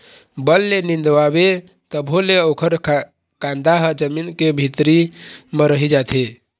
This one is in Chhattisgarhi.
बन ल निंदवाबे तभो ले ओखर कांदा ह जमीन के भीतरी म रहि जाथे